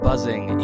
Buzzing